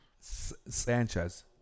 Sanchez